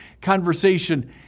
conversation